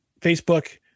Facebook